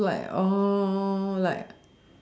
like like